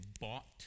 bought